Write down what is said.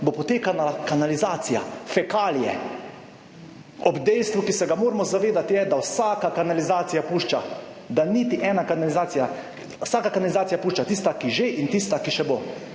bo potekala kanalizacija, fekalije, ob dejstvu, ki se ga moramo zavedati, je, da vsaka kanalizacija pušča, da niti ena kanalizacija, vsaka kanalizacija pušča, tista, ki že in tista, ki še bo